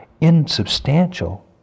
insubstantial